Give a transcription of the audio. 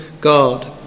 God